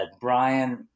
Brian